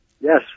Yes